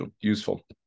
useful